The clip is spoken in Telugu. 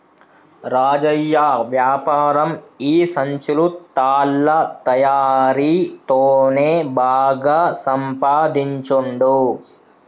రాజయ్య వ్యాపారం ఈ సంచులు తాళ్ల తయారీ తోనే బాగా సంపాదించుండు